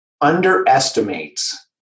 underestimates